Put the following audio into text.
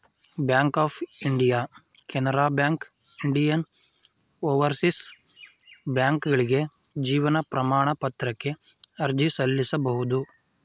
bank of India Canara Bank Indian Overseas ಬ್ಯಾಂಕ್ಕ್ಗಳಿಗೆ ಜೀವನ ಪ್ರಮಾಣ ಪತ್ರಕ್ಕೆ ಅರ್ಜಿ ಸಲ್ಲಿಸಬಹುದು